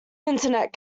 internet